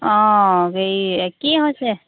অঁ হেৰি একেই হৈছে